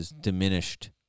diminished